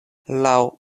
laŭ